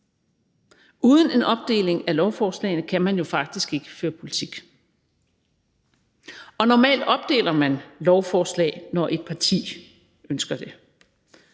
Uden en opdeling af lovforslagene, kan man jo faktisk ikke føre politik. Og normalt opdeler man lovforslag, når et parti ønsker det.